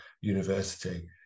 university